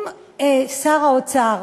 אם שר האוצר